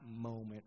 moment